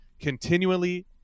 continually